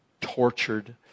tortured